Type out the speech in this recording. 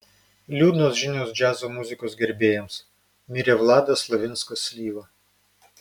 liūdnos žinios džiazo muzikos gerbėjams mirė vladas slavinskas slyva